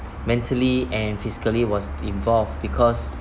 mentally and physically was involved because